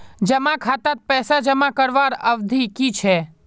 जमा खातात पैसा जमा करवार अवधि की छे?